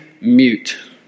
mute